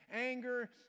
anger